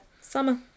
summer